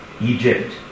Egypt